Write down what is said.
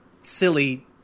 silly